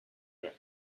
drink